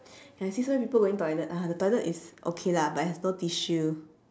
ya I see so many people going toilet ah the toilet is okay lah but has no tissue